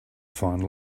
find